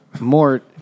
More